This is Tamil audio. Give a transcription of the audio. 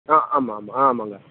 ஆ ஆமாம் ஆமாம் ஆமாம்ங்க